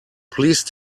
please